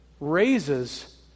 raises